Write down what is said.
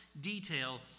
detail